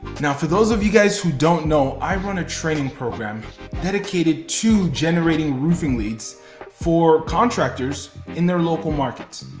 now for those of you guys who don't know, i run a training program dedicated to generating roofing leads for contractors in their local markets.